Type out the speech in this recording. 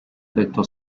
detto